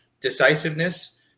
decisiveness